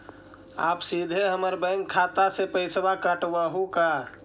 आप सीधे हमर बैंक खाता से पैसवा काटवहु का?